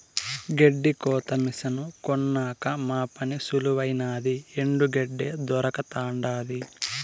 గెడ్డి కోత మిసను కొన్నాక మా పని సులువైనాది ఎండు గెడ్డే దొరకతండాది